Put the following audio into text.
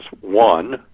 One